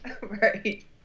Right